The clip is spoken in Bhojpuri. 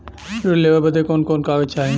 ऋण लेवे बदे कवन कवन कागज चाही?